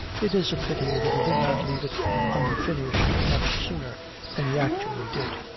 it is a pity that he did not leave it unfinished much sooner than he actually did.